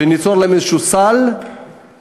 ניצור להן איזה סל מקסימלי: